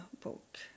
book